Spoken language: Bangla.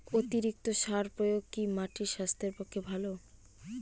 অতিরিক্ত সার প্রয়োগ কি মাটির স্বাস্থ্যের পক্ষে ভালো?